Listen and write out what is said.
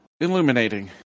illuminating